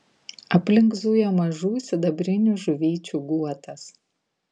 aplink zujo mažų sidabrinių žuvyčių guotas